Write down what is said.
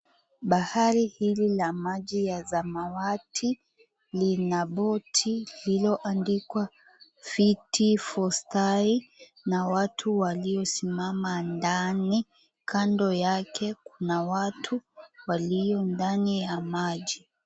Bahari hili la maji ya samawati lina boti lililoandikwa, Fatti Vostri na watu waliosimama ndani kando yake kuna watu walio ndani ya maji.